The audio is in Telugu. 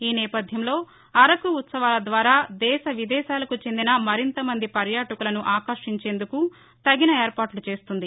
ఈ నేపథ్యంలో అరకు ఉత్సవాల ద్వారా దేశ విదేశాలకు చెందిన మరింత మంది పర్యాటకులను ఆకర్షించేందుకు తగిన ఏర్పాట్లు చేస్తోంది